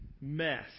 mess